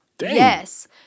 Yes